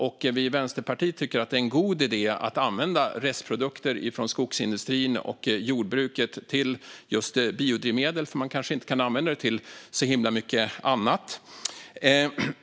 Vi i Vänsterpartiet tycker att det är en god idé att använda restprodukter från skogsindustrin och jordbruket till just biodrivmedel, för man kanske inte kan använda det till så himla mycket annat.